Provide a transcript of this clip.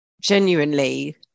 genuinely